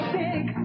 big